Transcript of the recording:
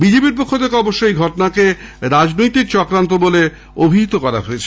BJP র পক্ষ থেকে অবশ্য এই ঘটনাকে রাজনৈতিক চক্রান্ত বলে অভিহিত করা হয়েছে